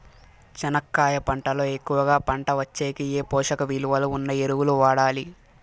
చెనక్కాయ పంట లో ఎక్కువగా పంట వచ్చేకి ఏ పోషక విలువలు ఉన్న ఎరువులు వాడాలి?